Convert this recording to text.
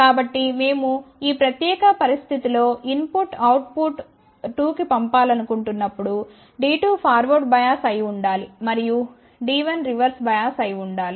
కాబట్టి మేము ఆ ప్రత్యేక పరిస్థితి లో ఇన్ పుట్ అవుట్ పుట్ 2 కు పంపాలనుకున్నప్పుడు D2 ఫార్వర్డ్ బయాస్ అయి ఉండాలి మరియు D1 రివర్స్ బయాస్ అయి ఉండాలి